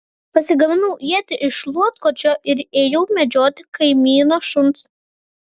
pasigaminau ietį iš šluotkočio ir ėjau medžioti kaimyno šuns